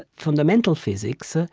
fundamental physics, ah